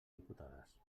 diputades